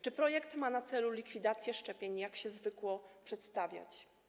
Czy projekt ma na celu likwidację szczepień, jak się zwykło przedstawiać?